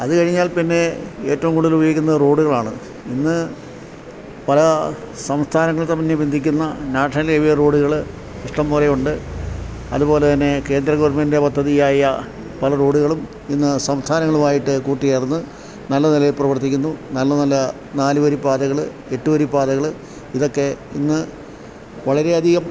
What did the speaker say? അതു കഴിഞ്ഞാൽ പിന്നെ ഏറ്റവും കൂടുതല് ഉപയോഗിക്കുന്നതു റോഡുകളാണ് ഇന്നു പല സംസ്ഥാനങ്ങൾ തമ്മിൽ ബന്ധിപ്പിക്കുന്ന നാഷണൽ ഹൈവേ റോഡുകള് ഇഷ്ടം പോലെയുണ്ട് അതുപോലെ തന്നെ കേന്ദ്ര ഗവണ്മെന്റ് പദ്ധതിയായ പല റോഡുകളും ഇന്നു സംസ്ഥാനങ്ങളുമായിട്ടു കൂട്ടുചേർന്ന് നല്ല നിലയിൽ പ്രവർത്തിക്കുന്നു നല്ല നല്ല നാല് വരിപ്പാതകള് എട്ടുവരിപ്പാതകള് ഇതൊക്കെയിന്നു വളരെയധികം